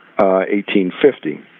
1850